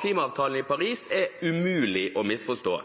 klimaavtalen i Paris er umulige å misforstå.